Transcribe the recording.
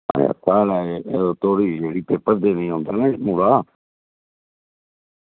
थुआढ़ा जेह्ड़ा न्यूज़पेपर देने गी औंदा ना मुड़ा